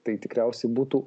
tai tikriausiai būtų